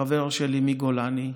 חבר שלי מגולני.